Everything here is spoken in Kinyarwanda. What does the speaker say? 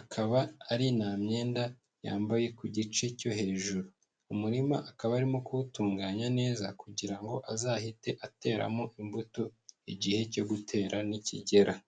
akaba ari nta myenda yambaye ku gice cyo hejuru, umurima akaba arimo kuwutunganya neza, kugira ngo azahite ateramo imbuto, igihe cyo gutera nikigera.